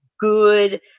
good